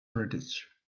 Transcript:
british